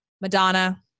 madonna